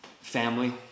Family